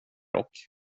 och